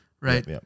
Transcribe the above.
right